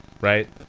right